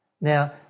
Now